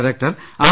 director R